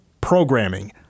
programming